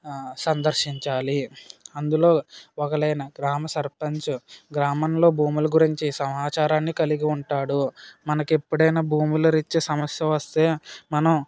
సందర్శించాలి అందులో ఒక లేన గ్రామ సర్పంచ్ గ్రామంలో భూముల గురించి సమాచారాన్ని కలిగి ఉంటాడు మనకెప్పుడైనా భూముల రీత్యా సమస్య వస్తే మనం